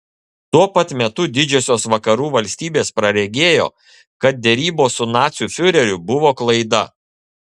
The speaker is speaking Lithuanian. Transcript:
tuo pat metu didžiosios vakarų valstybės praregėjo kad derybos su nacių fiureriu buvo klaida